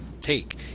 take